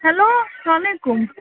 hello سلام علیکُم